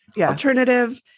alternative